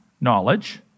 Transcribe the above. knowledge